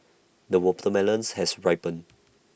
the watermelons has ripened